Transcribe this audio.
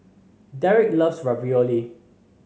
Derik loves Ravioli